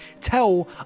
tell